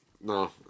No